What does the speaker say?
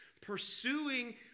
pursuing